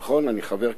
נכון, אני חבר כנסת.